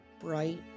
bright